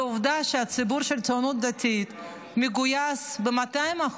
עובדה שהציבור של ציונות דתית מגויס ב-200%,